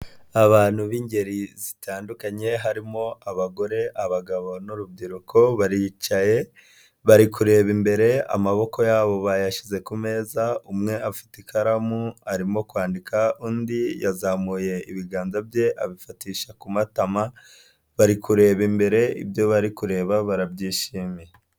Abantu b'ingeri zitandukanye harimo: abagore, abagabo n'urubyiruko baricaye, bari kureba imbere amaboko yabo bayashyize ku meza, umwe afite ikaramu arimo kwandika, undi yazamuye ibiganza bye abifatisha ku matama, bari kureba imbere, ibyo bari kureba barabyishimiye.